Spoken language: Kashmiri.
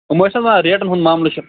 ہُم ٲسۍ نہ حظ ونان ریٹن ہُنٛد مَاملہٕ چھُ